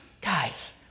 guys